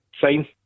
fine